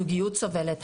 הזוגיות סובלת,